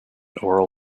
oral